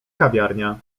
kawiarnia